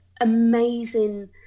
amazing